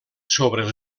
sobre